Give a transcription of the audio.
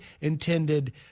intended